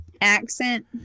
accent